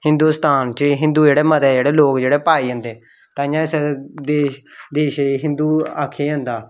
हिंदोस्तान च हिंदू जेह्ड़े मते जेह्ड़े लोग जेह्ड़े पाये जंदे ताइंयै इस देश देशै गी हिंदु आखेआ जंदा